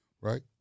right